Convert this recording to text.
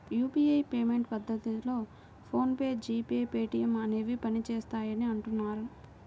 UPI payment పద్ధతిలో PhonePe, G Pay, Paytm అనేవి పనిచేస్తాయని అంటున్నారు